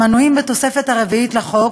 המנויים בתוספת הרביעית לחוק,